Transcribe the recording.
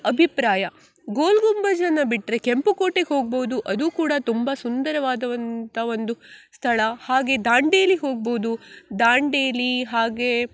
ಅಭಿಪ್ರಾಯ ಗೋಲ್ಗುಂಬಜನ್ನ ಬಿಟ್ಟರೆ ಕೆಂಪು ಕೋಟೆಗೆ ಹೋಗ್ಬೋದು ಅದೂ ಕೂಡ ತುಂಬ ಸುಂದರವಾದಂಥ ಒಂದು ಸ್ಥಳ ಹಾಗೆ ದಾಂಡೇಲಿ ಹೋಗ್ಬೋದು ದಾಂಡೇಲಿ ಹಾಗೇ